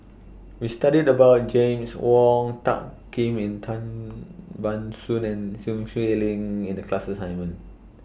We studied about James Wong Tuck Yim Tan Ban Soon and Sun Xueling in The class assignment